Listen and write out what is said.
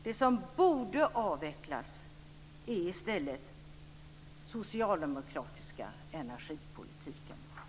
Det som borde avvecklas är i stället den socialdemokratiska energipolitiken.